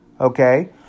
okay